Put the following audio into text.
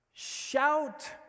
Shout